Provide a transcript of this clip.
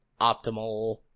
optimal